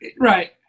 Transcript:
Right